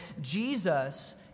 Jesus